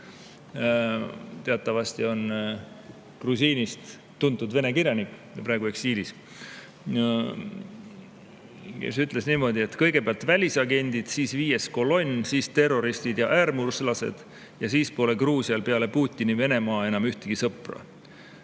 teatavasti on tuntud grusiinist Vene kirjanik, praegu eksiilis. Ta ütles niimoodi, et kõigepealt välisagendid, siis viies kolonn, siis terroristid ja äärmuslased ja siis pole Gruusial peale Putini Venemaa enam ühtegi sõpra.